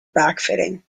backfitting